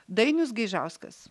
dainius gaižauskas